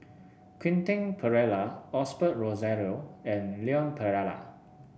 Quentin Pereira Osbert Rozario and Leon Perera